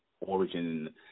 origin